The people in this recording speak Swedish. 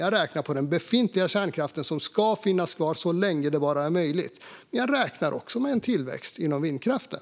Jag räknar med den befintliga kärnkraften, som ska finnas kvar så länge det bara är möjligt. Men jag räknar också med en tillväxt inom vindkraften.